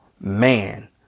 man